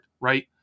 right